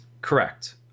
correct